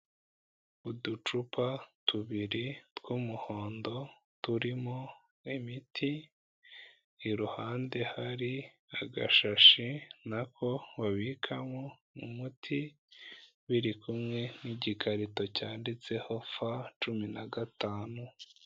Uducupa tubiri tw'umuhondo turimo imiti, iruhande hari agashashi na ko babikamo umuti, biri kumwe n'igikarito cyanditseho fa cumi na gatanu.